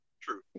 True